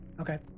Okay